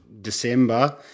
December